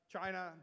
China